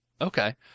Okay